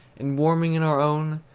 and warming in our own,